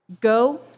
Go